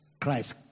Christ